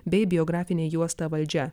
bei biografinę juostą valdžia